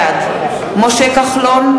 בעד משה כחלון,